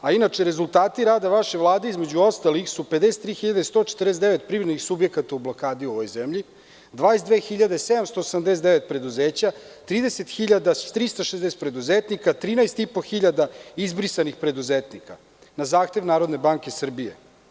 A inače rezultati rada vaše Vlade, između ostalih, su 53.149 privrednih subjekata u blokadi u ovoj zemlji, 22.789 preduzeća, 30.360 preduzetnika, 13.500 izbrisanih preduzetnika na zahtev Narodne banke Srbije.